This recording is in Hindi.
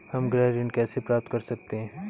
हम गृह ऋण कैसे प्राप्त कर सकते हैं?